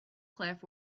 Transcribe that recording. cliff